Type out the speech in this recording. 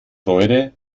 freude